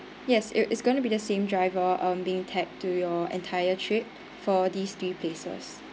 yes it it's gonna be the same driver um being tagged to your entire trip for these three places